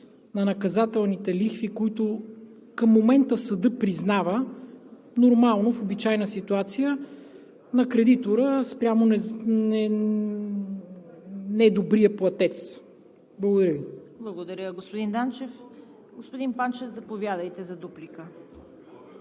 на наказателните лихви, които към момента съдът признава нормално в обичайна ситуация на кредитора спрямо недобрия платец? Благодаря Ви. ПРЕДСЕДАТЕЛ ЦВЕТА КАРАЯНЧЕВА: Благодаря Ви, господин Данчев. Господин Панчев, заповядайте за дуплика.